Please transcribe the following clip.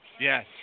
Yes